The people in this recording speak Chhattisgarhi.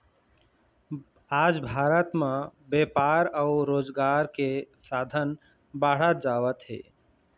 आज भारत म बेपार अउ रोजगार के साधन बाढ़त जावत हे